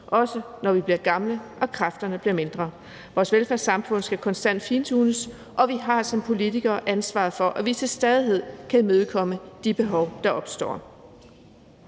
også når vi bliver gamle og kræfterne bliver færre. Vores velfærdssamfund skal konstant fintunes, og vi har som politikere ansvaret for, at vi til stadighed kan imødekomme de behov, der opstår.